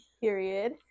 period